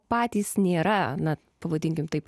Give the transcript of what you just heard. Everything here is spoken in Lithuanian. patys nėra na pavadinkim taip